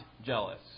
jealous